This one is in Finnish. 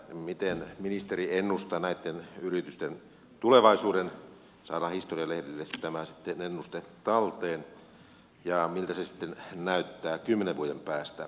miten ministeri ennustaa näitten yritysten tulevaisuuden saadaan historian lehdille tämä ennuste talteen ja miltä se näyttää kymmenen vuoden päästä